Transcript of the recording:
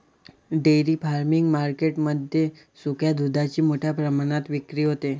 dairy farming market मध्ये सुक्या दुधाची मोठ्या प्रमाणात विक्री होते